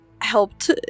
Helped